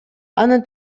аны